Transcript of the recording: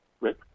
Rick